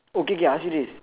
okay K I ask you this